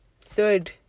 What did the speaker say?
third